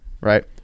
right